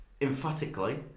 emphatically